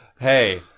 Hey